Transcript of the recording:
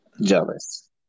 jealous